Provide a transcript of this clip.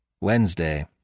Wednesday